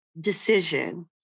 decision